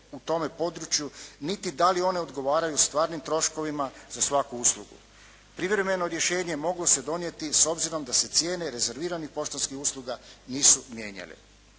u tome području, niti da li one odgovaraju stvarnim troškovima za svaku uslugu. Privremeno rješenje moglo se donijeti s obzirom da se cijene rezerviranih poštanskih usluga nisu mijenjale.